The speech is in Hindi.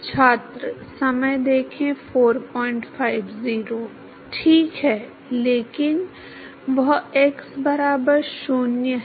ठीक है लेकिन वह x बराबर 0 है